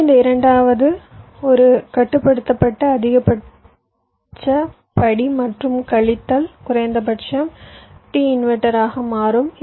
எனவே இந்த இரண்டாவது ஒரு கட்டுப்படுத்தப்பட்ட அதிகபட்ச படி மற்றும் கழித்தல் குறைந்தபட்சம் t இன்வெர்ட்டர் ஆக மாறும்